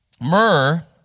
myrrh